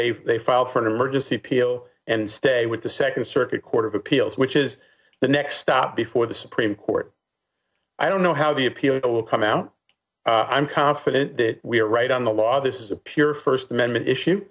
they they file for an emergency appeal and stay with the second circuit court of appeals which is the next stop before the supreme court i don't know how the appeal will come out i'm confident that we are right on the law this is a pure first amendment issue